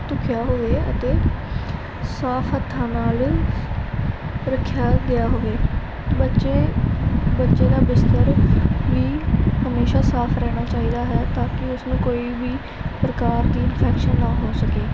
ਧੁਖਿਆ ਹੋਵੇ ਅਤੇ ਸਾਫ ਹੱਥਾਂ ਨਾਲ ਰੱਖਿਆ ਗਿਆ ਹੋਵੇ ਬੱਚੇ ਬੱਚੇ ਦਾ ਬਿਸਤਰ ਵੀ ਹਮੇਸ਼ਾ ਸਾਫ ਰਹਿਣਾ ਚਾਹੀਦਾ ਹੈ ਤਾਂ ਕਿ ਉਸਨੂੰ ਕੋਈ ਵੀ ਪ੍ਰਕਾਰ ਦੀ ਇੰਨਫੈਕਸ਼ਨ ਨਾ ਹੋ ਸਕੇ